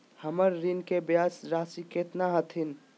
हमर ऋण के ब्याज रासी केतना हखिन?